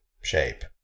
shape